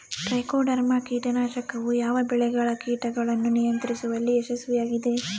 Trichoderma ಕೇಟನಾಶಕವು ಯಾವ ಬೆಳೆಗಳ ಕೇಟಗಳನ್ನು ನಿಯಂತ್ರಿಸುವಲ್ಲಿ ಯಶಸ್ವಿಯಾಗಿದೆ?